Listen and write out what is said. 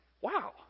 wow